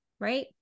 Right